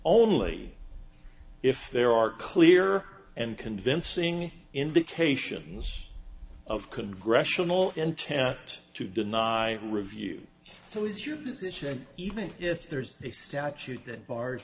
only if there are clear and convincing indications of congressional intent to deny review so is your position even if there's a statute that bars